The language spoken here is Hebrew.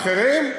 אחרים?